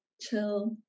chill